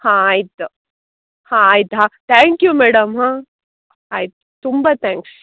ಹಾಂ ಆಯ್ತು ಹಾಂ ಆಯ್ತು ತ್ಯಾಂಕ್ ಯು ಮೇಡಮ್ ಹಾಂ ಆಯ್ತು ತುಂಬ ತ್ಯಾಂಕ್ಸ್